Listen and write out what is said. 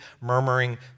murmuring